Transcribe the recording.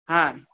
হ্যাঁ